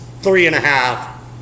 three-and-a-half